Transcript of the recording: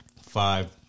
five